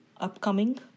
upcoming